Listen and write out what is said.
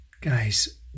Guys